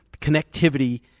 Connectivity